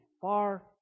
far